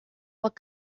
what